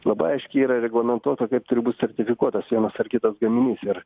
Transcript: labai aiškiai yra reglamentuota kaip turi būt sertifikuotas vienas ar kitas gaminys ir